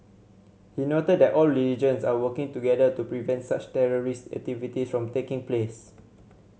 he noted that all religions are working together to prevent such terrorist activities from taking place